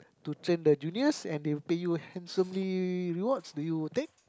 to train the juniors and they pay you handsomely reward do you take